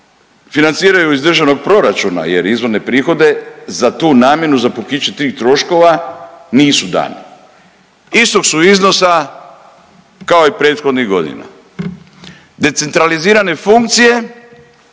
financiraju iz državnog proračuna, jer izvorne prihode za tu namjenu za pokriće tih troškova nisu dani. Istog su iznosa kao i prethodnih godina. Decentralizirane funkcije,